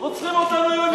רוצחים אותנו, יורים,